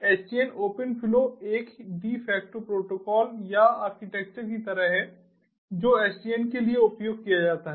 SDN open flow एक de facto protocol या architecture की तरह है जो SDN के लिए उपयोग किया जाता है